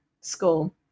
school